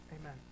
Amen